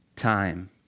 time